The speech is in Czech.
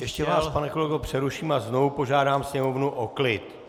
Ještě vás, pane kolego, přeruším a znovu požádám sněmovnu o klid.